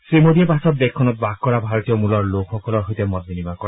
শ্ৰীমোদীয়ে পাছত দেশখনত বাস কৰা ভাৰতীয় মূলৰ লোকসকলৰ সৈতে মত বিনিময় কৰে